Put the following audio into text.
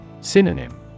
Synonym